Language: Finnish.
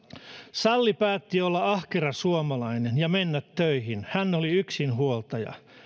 salli päätti olla ahkera suomalainen ja mennä töihin hän oli yksinhuoltaja